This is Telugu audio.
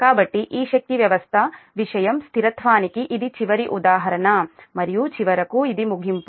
కాబట్టి ఈ శక్తి వ్యవస్థ విషయం స్థిరత్వానికి ఇది చివరి ఉదాహరణ మరియు చివరకు ఇది ముగింపు